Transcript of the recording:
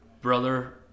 brother